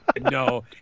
No